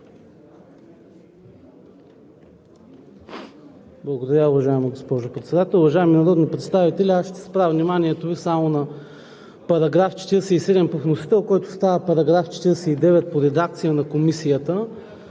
Благодаря, уважаема госпожо Председател. Уважаеми народни представители! Аз ще спра вниманието Ви само на § 47 по вносител, който става § 49 по редакция на Комисията.